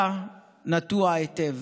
אתה נטוע היטב.